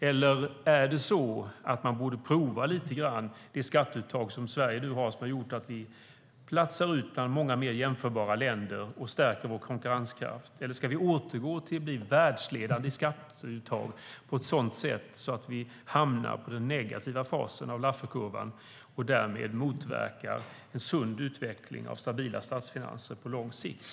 Eller är det så att vi lite grann borde pröva det skatteuttag som Sverige nu har och som har gjort att vi platsar bland många mer jämförbara länder och stärker vår konkurrenskraft, eller ska vi återgå till att bli världsledande i skatteuttag på ett sådant sätt att vi hamnar i den negativa fasen i Lafferkurvan och därmed motverkar en sund utveckling av stabila statfinanser på lång sikt?